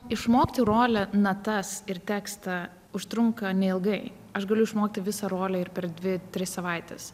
išmokti rolę natas ir tekstą užtrunka neilgai aš galiu išmokti visą rolę ir per dvi tris savaites